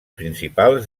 principals